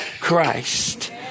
Christ